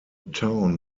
town